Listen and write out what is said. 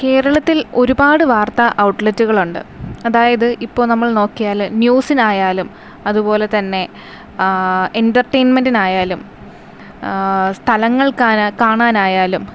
കേരളത്തിൽ ഒരുപാട് വാർത്ത ഔട്ട്ലെറ്റുകളുണ്ട് അതായത് ഇപ്പോൾ നമ്മൾ നോക്കിയാൽ ന്യൂസിനായാലും അതുപോലെ തന്നെ എൻറ്റർടൈൻമെൻറ്റിനായാലും സ്ഥലങ്ങൾ കാണാനായാലും